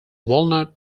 walnut